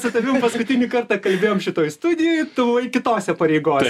su tavim paskutinį kartą kalbėjom šitoj studijoj tu buvai kitose pareigose